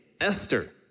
Esther